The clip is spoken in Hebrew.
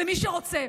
למי שרוצה,